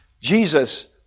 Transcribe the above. Jesus